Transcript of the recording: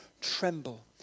tremble